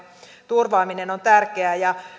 turvaaminen on tärkeää